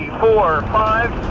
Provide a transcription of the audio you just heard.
four, five,